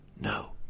no